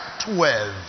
twelve